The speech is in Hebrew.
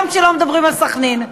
גם כשלא מדברים על סח'נין.